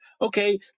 Okay